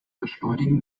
beschleunigen